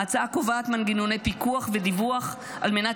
ההצעה קובעת מנגנוני פיקוח ודיווח על מנת